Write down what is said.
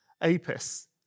Apis